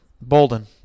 Bolden